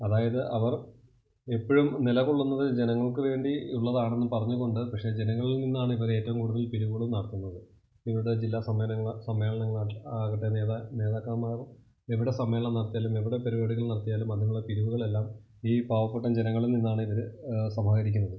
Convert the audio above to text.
അതായത് അവർ എപ്പഴും നിലകൊള്ളുന്നത് ജനങ്ങൾക്ക് വേണ്ടി ഉള്ളതാണെന്നും പറഞ്ഞ് കൊണ്ട് പക്ഷെ ജനങ്ങളിൽ നിന്നാണിവർ ഏറ്റവും കൂടുതൽ പിരിവുകളും നടത്തുന്നത് ഇവരുടെ ജില്ലാ സമ്മേന സമ്മേളനങ്ങളാകട്ടെ നേതാ നേതാക്കൻമാർ എവിടെ സമ്മേളനം നടത്തിയാലും എവിടെ പരിപാടികൾ നടത്തിയാലും അതിനുള്ള പിരിവുകളെല്ലാം ഈ പാവപ്പെട്ട ജനങ്ങളിൽ നിന്നാണ് ഇവര് സമാഹരിക്കുന്നത്